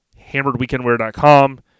HammeredWeekendWear.com